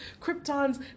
Krypton's